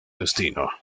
destino